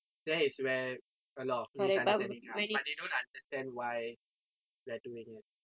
there is where a lot of misunderstanding comes but they don't understand why we're doing it